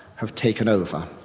have taken over.